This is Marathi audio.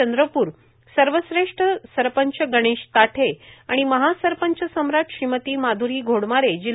चंद्रपूर सर्वश्रेष्ठ सरपंच गणेश ताठे आणि महासरपंच सम्राट श्रीमती माध्री घोडमारे जि